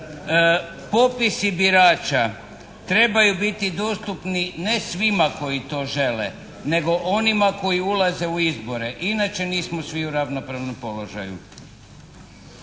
Popisi birača trebaju biti dostupni ne svima koji to žele nego onima koji ulaze u izbore. Inače nismo svi u ravnopravnom položaju.